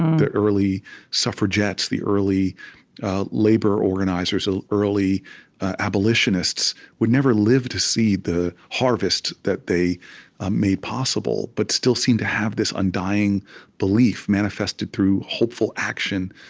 the early suffragettes, the early labor organizers, ah early abolitionists would never live to see the harvest that they ah made possible but still seem to have this undying belief, manifested through hopeful action,